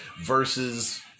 versus